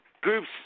groups